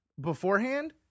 beforehand